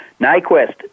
Nyquist